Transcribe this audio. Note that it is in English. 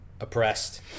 oppressed